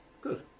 Good